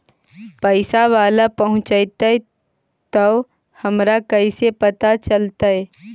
पैसा बाला पहूंचतै तौ हमरा कैसे पता चलतै?